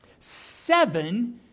Seven